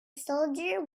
cylinder